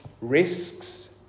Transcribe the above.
risks